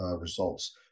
results